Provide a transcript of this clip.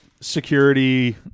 security